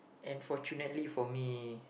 and fortunately for me